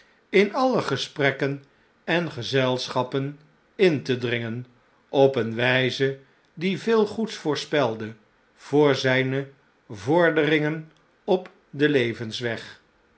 in alle gesprekken en gezelscbappen in te dringen op eene wn'ze die veel goeds voorspelde voor zpe vorderingen op den levensweg